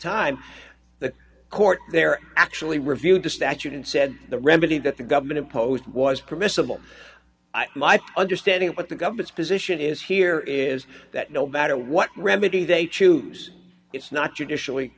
time the court there actually reviewed the statute and said the remedy that the government imposed was permissible my thunder standing what the government's position is here is that no matter what remedy they choose it's not judicially